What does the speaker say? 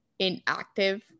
inactive